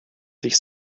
sich